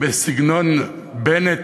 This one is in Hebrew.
בסגנון בנט.